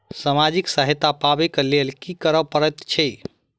सामाजिक सहायता पाबै केँ लेल की करऽ पड़तै छी?